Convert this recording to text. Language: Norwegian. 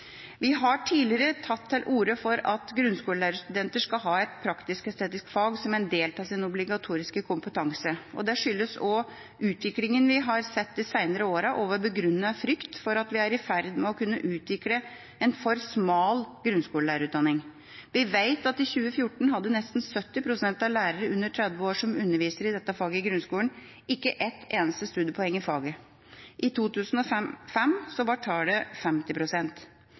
Vi har tidligere tatt til orde for at grunnskolelærerstudenter skal ha et praktisk-estetisk fag som en del av sin obligatoriske kompetanse. Det skyldes også utviklingen vi har sett de seinere åra og vår begrunnede frykt for at vi er i ferd med å kunne utvikle en for smal grunnskolelærerutdanning. Vi vet at i 2014 hadde nesten 70 pst. av lærere under 30 år som underviser i dette faget i grunnskolen, ikke et eneste studiepoeng i faget. I 2005 var tallet